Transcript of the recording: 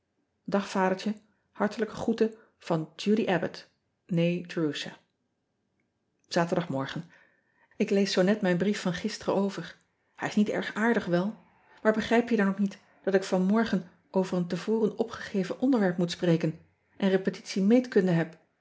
ae adertje hartelijke groeten van udy bbott eé erusha aterdagmorgen k lees zoo net mijn brief van gisteren over ij is niet erg aardig wel aar begrijp je dan ook niet dat ik van morgen over een te voren opgegeven onderwerp moet spreken en repetitie meetkunde heb